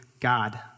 God